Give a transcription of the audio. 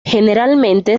generalmente